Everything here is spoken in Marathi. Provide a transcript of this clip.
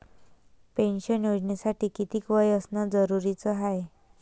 पेन्शन योजनेसाठी कितीक वय असनं जरुरीच हाय?